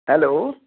hello